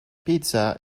pizza